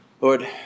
Lord